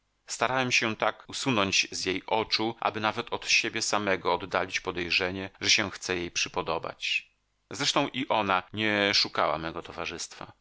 starałem się tak usunąć z jej oczu aby nawet od siebie samego oddalić podejrzenie że się chcę jej przypodobać zresztą i ona nie szukała mego towarzystwa